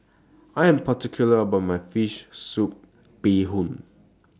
I Am particular about My Fish Soup Bee Hoon